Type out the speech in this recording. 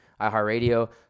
iHeartRadio